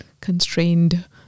constrained